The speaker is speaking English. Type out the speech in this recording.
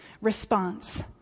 response